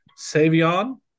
savion